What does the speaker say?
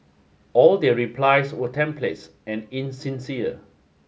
all their replies were templates and insincere